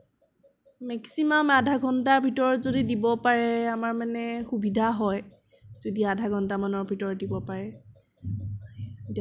maximum আধা ঘন্টাৰ ভিতৰত যদি দিব পাৰে আমাৰ মানে সুবিধা হয় যদি আধা ঘন্টামানৰ ভিতৰত দিব পাৰে